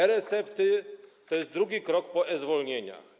E-recepty to jest drugi krok po e-zwolnieniach.